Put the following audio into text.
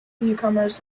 newcomers